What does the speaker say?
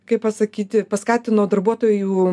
kaip pasakyti paskatino darbuotojų